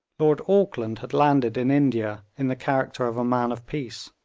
lord auckland had landed in india in the character of a man of peace.